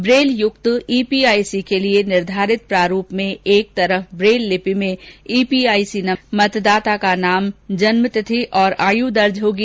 ब्रेलयुक्त EPIC के लिए निर्धारित प्रारूप में एक तरफ ब्रेल लिपि में ईपीआईसी नंबर मतदाता का नाम जन्मतिथि और आय़ दर्ज होगी